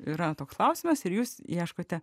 yra toks klausimas ir jūs ieškote